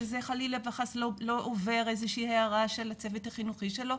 שזה חלילה וחס לא עובר איזו שהיא הערה של הצוות החינוכי שלו.